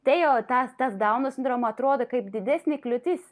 tai jau tas tas dauno sindroma atrodo kaip didesnė kliūtis